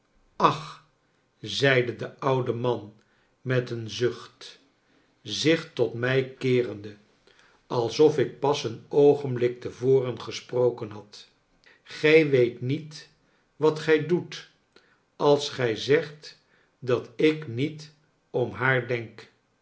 ach zeide de oude man met een zucht zich tot mij keerende alsof ik pas een oogenblik te voren gesproken had gij weet niet wat gij doet als gij zegt dat ik niet om haar denk